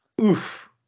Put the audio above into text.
Oof